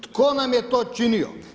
Tko nam je to činio?